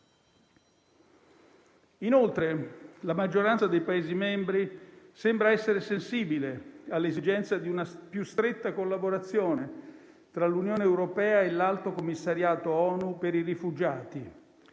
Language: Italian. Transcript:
Inoltre, la maggioranza dei Paesi membri sembra essere sensibile all'esigenza di una più stretta collaborazione tra l'Unione europea, l'Alto commissariato ONU per i rifugiati